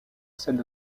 celle